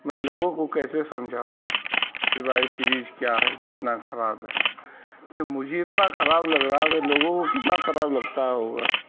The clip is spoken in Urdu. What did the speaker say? میں لوگوں کو کیسے سمجھاؤں کہ بھائی فریج کیا ہے کتنا خراب ہے جب مجھے اتنا خراب لگ رہا ہے تو لوگوں کو کتنا خراب لگتا ہوگا